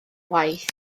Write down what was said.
waith